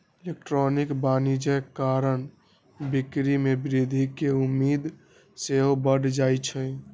electronic वाणिज्य कारण बिक्री में वृद्धि केँ उम्मेद सेहो बढ़ जाइ छइ